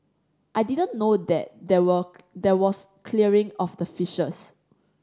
I didn't know that there were there was clearing of the fishes